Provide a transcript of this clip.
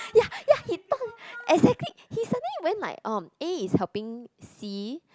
ya ya he talk exactly he suddenly went like um A is helping C